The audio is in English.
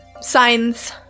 signs